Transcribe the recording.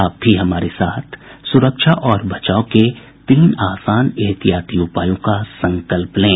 आप भी हमारे साथ सुरक्षा और बचाव के तीन आसान एहतियाती उपायों का संकल्प लें